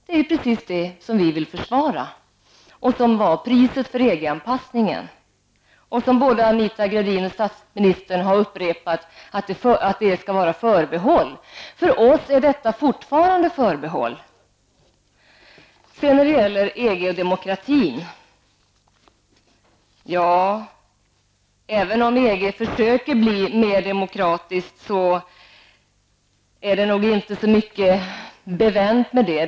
Det vill vi försvara, och det var priset för EG-anpassningen. Både statsministern och Anita Gradin har upprepat att det skall vara förbehåll. För oss är detta fortfarande förhinder för en EG-anslutning. Även om EG försöker bli mer demokratiskt, så är det nog inte så mycket bevänt med det.